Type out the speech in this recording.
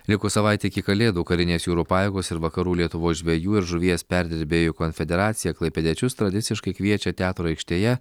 likus savaitei iki kalėdų karinės jūrų pajėgos ir vakarų lietuvos žvejų ir žuvies perdirbėjų konfederacija klaipėdiečius tradiciškai kviečia teatro aikštėje